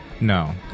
No